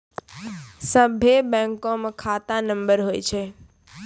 सभे बैंकमे खाता नम्बर हुवै छै